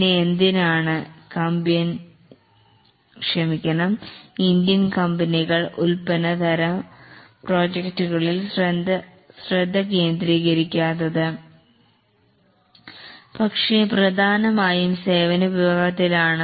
പിന്നെ എന്തിനാണ് ഇന്ത്യൻ കമ്പനികൾ ഉൽപ്പന്ന തരം പ്രോജക്ടുകളിൽ ശ്രദ്ധ കേന്ദ്രീകരിക്കരിക്കത്തത് പക്ഷേ പ്രധാനമായും സേവന വിഭാഗത്തിലാണ്